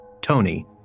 Tony